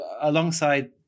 alongside